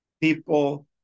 people